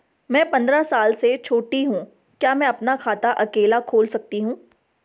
मैं पंद्रह साल से छोटी हूँ क्या मैं अपना खाता अकेला खोल सकती हूँ?